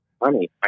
money